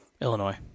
Illinois